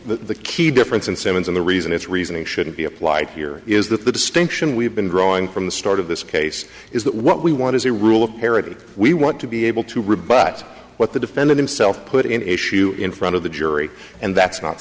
the key difference and simmons and the reason it's reasoning shouldn't be applied here is that the distinction we've been drawing from the start of this case is that what we want is a rule of parity we want to be able to rebut what the defended himself put in issue in front of the jury and that's not